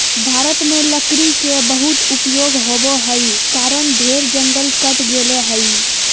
भारत में लकड़ी के बहुत उपयोग होबो हई कारण ढेर जंगल कट गेलय हई